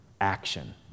action